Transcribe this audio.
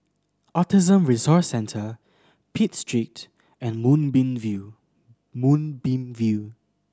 Autism Resource Centre Pitt Street and Moonbeam View Moonbeam View